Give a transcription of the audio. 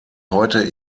heute